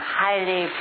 highly